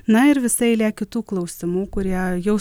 na ir visa eilė kitų klausimų kurie jau